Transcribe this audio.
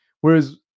Whereas